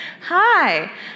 Hi